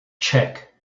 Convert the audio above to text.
check